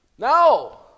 no